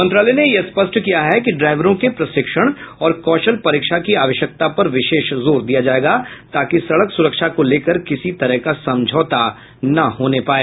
मंत्रालय ने यह स्पष्ट किया है कि ड्राइवरों के प्रशिक्षण और कौशल परीक्षा की आवश्यकता पर विशेष जोर दिया जायेगा ताकि सड़क सुरक्षा को लेकर किसी तरह का समझौता न होने पाए